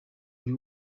buri